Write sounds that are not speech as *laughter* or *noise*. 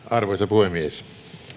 *unintelligible* arvoisa puhemies